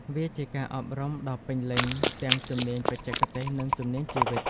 វាជាការអប់រំដ៏ពេញលេញទាំងជំនាញបច្ចេកទេស និងជំនាញជីវិត។